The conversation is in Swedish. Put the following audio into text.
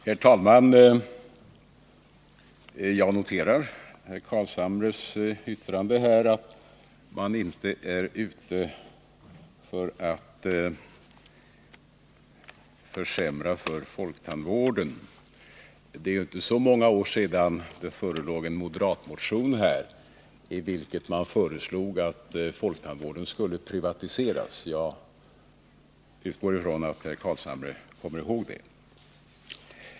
Herr talman! Jag noterar herr Carlshamres yttrande att man inte är ute efter att försämra för folktandvården. Det är inte så många år sedan som det förelåg en moderatmotion, i vilken man föreslog att folktandvården skulle privatiseras. Jag utgår från att herr Carlshamre kommer ihåg det.